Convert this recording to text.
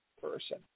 person